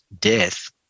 death